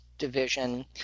division